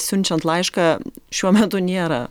siunčiant laišką šiuo metu nėra